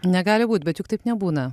negali būt bet juk taip nebūna